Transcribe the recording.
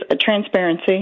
transparency